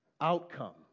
outcome